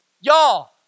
Y'all